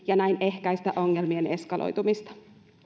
ja näin ehkäistä ongelmien eskaloitumista